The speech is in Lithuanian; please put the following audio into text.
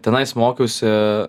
tenais mokiausi